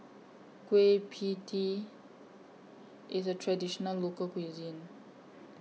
Kueh PIE Tee IS A Traditional Local Cuisine